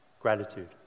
Gratitude